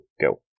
Go